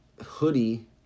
hoodie